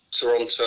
Toronto